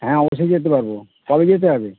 হ্যাঁ অবশ্যই যেতে পারবো কবে যেতে হবে